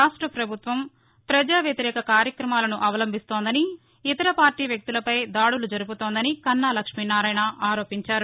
రాష్ట ప్రభుత్వం ప్రజా వ్యతిరేక కార్యక్రమాలను అవలంబిస్తోందని ఇతర పార్టీ వ్యక్తులపై దాదులు జరుపుతోందని కన్నా లక్ష్మీనారాయణ ఆరోపించారు